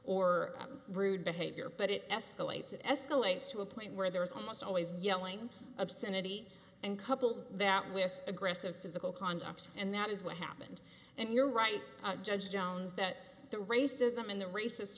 or rude behavior but it escalates and escalates to a point where there is almost always yelling obscenity and coupled that with aggressive physical conduct and that is what happened and you're right judge jones that the racism and the racist